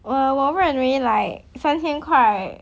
uh 我认为 like 三千块